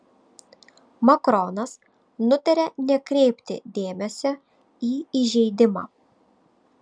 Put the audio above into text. makronas nutarė nekreipti dėmesio į įžeidimą